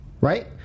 right